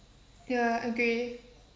ya agree